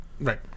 Right